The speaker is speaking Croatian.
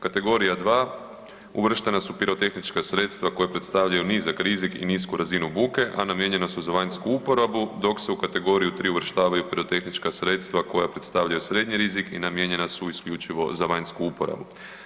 Kategorija dva, uvrštena su pirotehnička sredstva koja predstavljaju nizak rizik i nisku razinu buke, a namijenjena su za vanjsku uporabu, dok se u kategoriju tri uvrštavaju pirotehnička sredstva koja predstavljaju srednji rizik i namijenjena su isključivo za vanjsku uporabu.